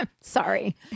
sorry